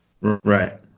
Right